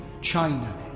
China